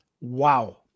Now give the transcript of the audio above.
wow